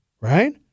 Right